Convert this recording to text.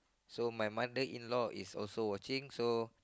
so my mother in law is also watching so